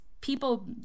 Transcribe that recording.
people